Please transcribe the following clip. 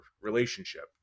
relationship